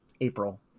April